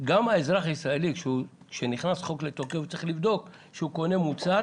שגם האזרח הישראלי כשנכנס החוק לתוקף צריך לבדוק שהוא קונה מוצר